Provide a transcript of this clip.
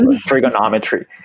trigonometry